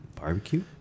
barbecue